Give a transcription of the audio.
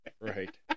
right